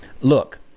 look